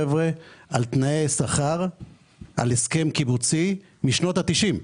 חבר'ה, על תנאי שכר ועל הסכם קיבוצי משנות ה-90.